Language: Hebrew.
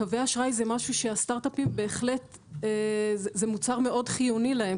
קווי אשראי זה מוצר שהוא מאוד חיוני לסטארטאפים,